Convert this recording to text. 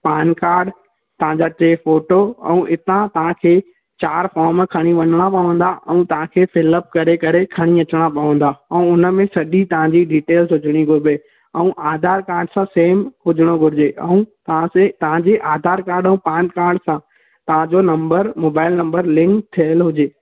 पान card तव्हां जा टे फोटो ऐं इतां तव्हां खे चारि फॉम खणी वञिणा पवंदा ऐं तव्हां खे फिलप करे करे खणी अचिणा पवंदा ऐं उन में सॼी तव्हां जी डिटेइल्स हुजणी खपे ऐं आधार कार्ड सां सेम हुजिणो घुरिजे ऐं तव्हां से तव्हां जे आधार कार्ड ऐं पान कार्ड सां तव्हां जो नंबर मोबाइल नंबर लिंक थियल हुजे